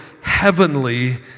heavenly